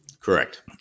Correct